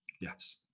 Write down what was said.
Yes